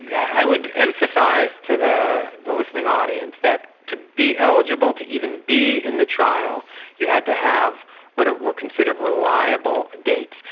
i would emphasise to the the listening audience that to be eligible to even be in the trial you had to have what were considered reliable dates,